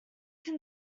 can